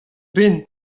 benn